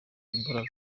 imbaraga